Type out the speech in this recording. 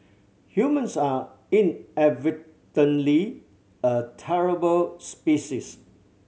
humans are inadvertently a terrible species